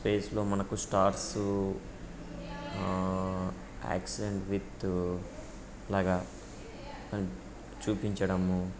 స్పేస్లో మనకు stars accent with లాగా చూపించడము